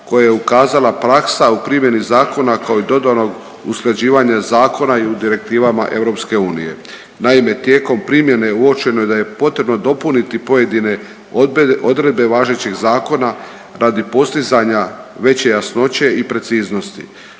koje je ukazala praksa u primjeni zakona kao i dodatnog usklađivanja zakona i u direktivama EU. Naime, tijekom primjene uočeno je da je potrebno dopuniti pojedine odredbe važećeg zakona radi postizanja veće jasnoće i preciznosti.